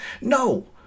no